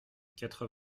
quatre